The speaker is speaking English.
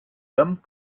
them